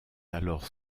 alors